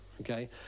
okay